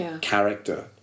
character